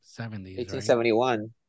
1871